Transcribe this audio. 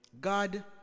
God